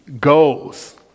goals